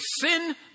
sin